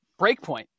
Breakpoint